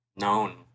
known